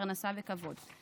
פרנסה בכבוד.